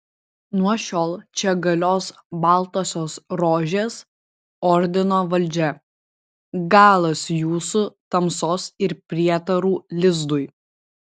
nuo šiol čia galios baltosios rožės ordino valdžia galas jūsų tamsos ir prietarų lizdui